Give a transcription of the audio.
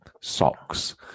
Socks